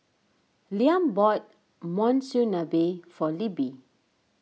Liam bought Monsunabe for Libby